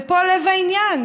ופה לב העניין: